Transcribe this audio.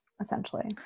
essentially